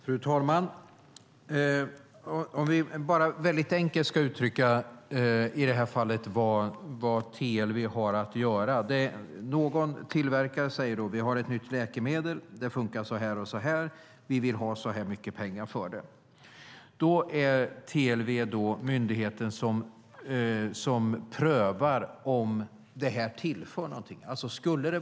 Fru talman! Vi kan bara väldigt enkelt uttrycka vad TLV i det här fallet har att göra. Någon tillverkare kan säga så här: Vi har ett nytt läkemedel. Det funkar så här och så här. Vi vill ha så här mycket pengar för det. Då är TLV myndigheten som prövar om det här tillför någonting.